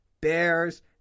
Bears